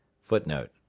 Footnote